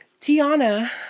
Tiana